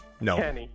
No